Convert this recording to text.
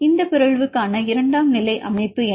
இந்த பிறழ்வுக்கான இரண்டாம் நிலை அமைப்பு என்ன